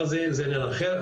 אבל זה עניין אחר,